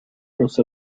los